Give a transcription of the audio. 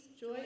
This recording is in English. joy